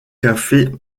café